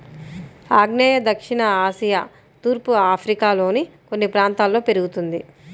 ఆగ్నేయ దక్షిణ ఆసియా తూర్పు ఆఫ్రికాలోని కొన్ని ప్రాంతాల్లో పెరుగుతుంది